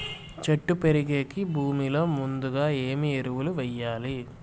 చెట్టు పెరిగేకి భూమిలో ముందుగా ఏమి ఎరువులు వేయాలి?